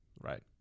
Right